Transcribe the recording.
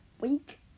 week